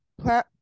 Plan